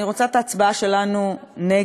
אני רוצה להקדיש את ההצבעה שלנו נגד